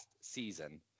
season